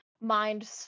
mind